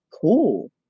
cool